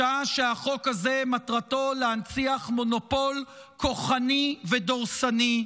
בשעה שהחוק הזה מטרתו להנציח מונופול כוחני ודורסי,